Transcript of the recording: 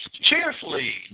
cheerfully